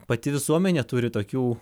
pati visuomenė turi tokių